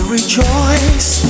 rejoice